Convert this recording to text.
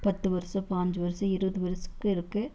பத்து வருஷம் பாஞ்சு வருஷம் இருபது வருஷத்துக்கு இருக்குது